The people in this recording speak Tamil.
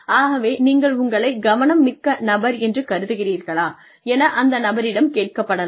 ஆகவே நீங்கள் உங்களைக் கவனம் மிக்க நபர் என்று கருதுகிறீர்களா என அந்த நபரிடம் கேட்கப்படலாம்